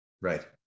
Right